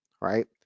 right